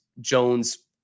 Jones-